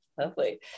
Lovely